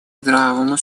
здравому